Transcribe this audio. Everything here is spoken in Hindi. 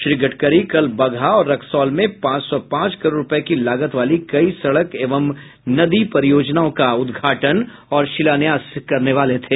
श्री गडकरी कल बगहा और रक्सौल में पांच सौ पांच करोड़ रुपये की लागत वाली कई सड़क और नदी परियोजनाओं का उद्घाटन और शिलान्यास करने वाले थे